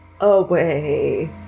away